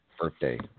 birthday